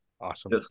awesome